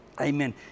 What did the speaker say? Amen